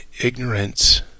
ignorance